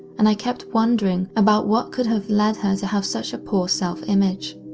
and i kept wondering about what could have led her to have such a poor self-image.